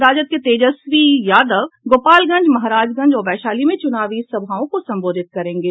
राजद के तेजस्वी यादव गोपालगंज महाराजगंज और वैशाली में चुनावी सभाओं को संबोधित करेंगे